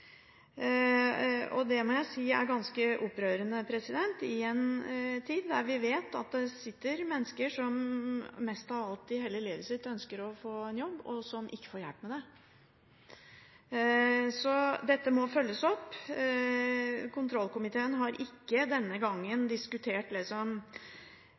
Det må jeg si er ganske opprørende i en tid der vi vet at det sitter mennesker som mest av alt i livet sitt ønsker å få en jobb, og som ikke får hjelp til det. Så dette må følges opp. Kontrollkomiteen har ikke denne